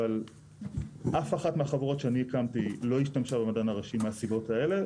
אבל אף אחד מהחברות שאני הקמתי לא השתמשה במדען הראשי מהסיבות האלה,